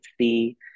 see